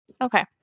Okay